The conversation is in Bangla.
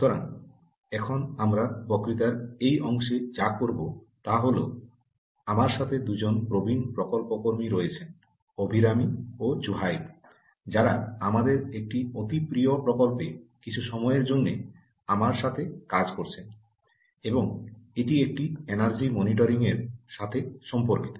সুতরাং এখন আমরা বক্তৃতার এই অংশে যা করব তা হল আমার সাথে দুজন প্রবীণ প্রকল্প কর্মী রয়েছেন অভিরামী ও জুহাইব যারা আমাদের একটি অতি প্রিয় প্রকল্পে কিছু সময়ের জন্য আমার সাথে কাজ করছেন এবং এটি একটি এনার্জি মনিটরিং সাথে সম্পর্কিত